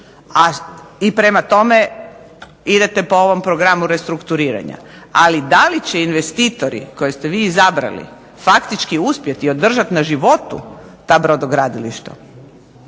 i prema tome idete po ovom programu restrukturiranja. Ali da li će investitori koje ste izabrali uspjeti održati na životu ta brodogradilišta